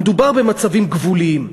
מדובר במצבים גבוליים.